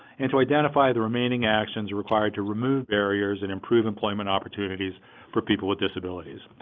and to identify the remaining actions required to remove barriers and improve employment opportunities for people with disabilities.